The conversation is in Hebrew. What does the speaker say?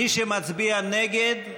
מי שמצביע נגד,